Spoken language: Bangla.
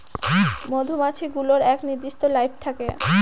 মধুমাছি গুলোর এক নির্দিষ্ট লাইফ থাকে